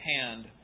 hand